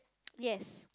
yes